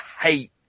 hate